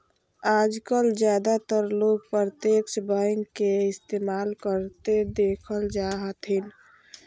आजकल ज्यादातर लोग प्रत्यक्ष बैंक के इस्तेमाल करते देखल जा हथिन